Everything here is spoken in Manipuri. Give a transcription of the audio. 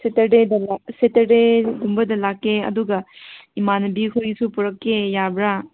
ꯁꯦꯇꯔꯗꯦꯗ ꯁꯦꯇꯔꯗꯦꯒꯨꯝꯕꯗ ꯂꯥꯛꯀꯦ ꯑꯗꯨꯒ ꯏꯃꯥꯟꯅꯕꯤꯈꯣꯏꯁꯨ ꯄꯨꯔꯛꯀꯦ ꯌꯥꯕ꯭ꯔꯥ